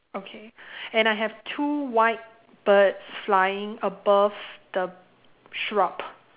okay and I have two white birds flying above the shrub